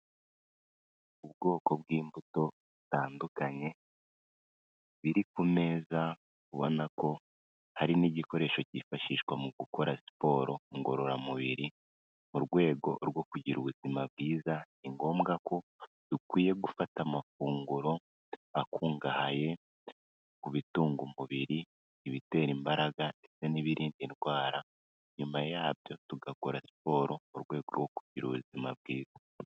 Ubwoko bw'imbuto zitandukanye biri ku meza ubona ko hari n'igikoresho cyifashishwa mu gukora siporo ngororamubiri, mu rwego rwo kugira ubuzima bwiza ni ngombwa ko dukwiye gufata amafunguro akungahaye ku bitunga umubiri, ibitera imbaraga, ndetse n'ibirinda indwara, nyuma yabyo tugakora siporo mu rwego rwo kugira ubuzima bwiza.